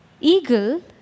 eagle